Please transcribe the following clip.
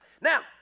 Now